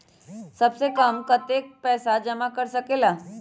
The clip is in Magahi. सबसे कम कतेक पैसा जमा कर सकेल?